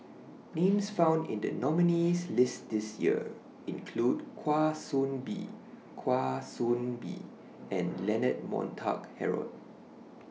Names found in The nominees' list This Year include Kwa Soon Bee Kwa Soon Bee and Leonard Montague Harrod